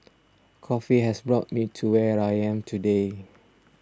coffee has brought me to where I am today